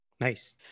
Nice